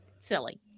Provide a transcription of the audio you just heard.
silly